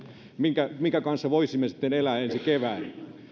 minkä kanssa voisimme elää ensi keväänä